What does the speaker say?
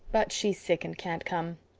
but she's sick and can't come.